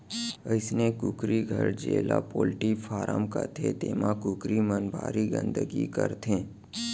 अइसने कुकरी घर जेला पोल्टी फारम कथें तेमा कुकरी मन भारी गंदगी करथे